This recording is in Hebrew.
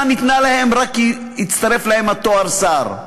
ניתנה להם רק כי הצטרף להם התואר שר.